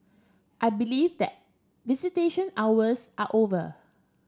I believe that visitation hours are over